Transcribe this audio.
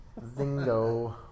Zingo